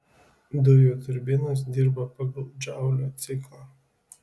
dujų turbinos dirba pagal džaulio ciklą